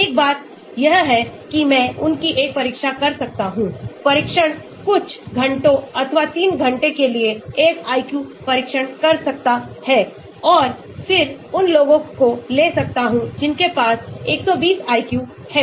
एक बात यह है कि मैंउनकी एक परीक्षा कर सकता हूं परीक्षण कुछ घंटोंअथवा 3 घंटे के लिए एक IQ परीक्षण कर सकता है और फिर उन लोगों को ले सकताहूं जिनके पास 120 IQ है